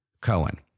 Cohen